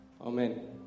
Amen